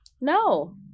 No